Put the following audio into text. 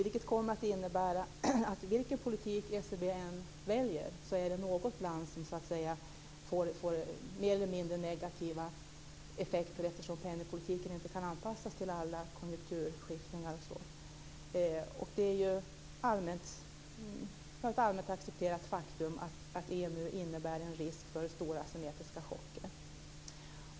Det kommer att innebära att vilken politik ECB än väljer är det alltid något land som så att säga får mer eller mindre negativa effekter. Penningpolitiken kan ju inte anpassas till alla konjunkturskiftningar och så. Det är ett allmänt accepterat faktum att EMU innebär en risk för stora asymmetriska chocker.